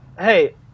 Hey